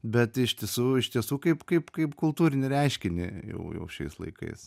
bet iš tisų iš tiesų kaip kaip kaip kultūrinį reiškinį jau jau šiais laikais